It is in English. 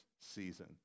season